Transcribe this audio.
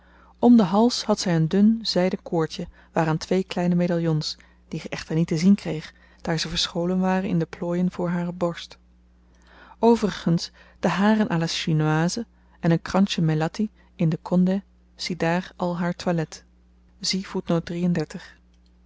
om den hals had zy een dun zyden koordje waaraan twee kleine medaljons die ge echter niet te zien kreegt daar ze verscholen waren in de plooien voor hare borst overigens de haren à la chinoise en een kransje melatti in den kondeh ziedaar al haar toilet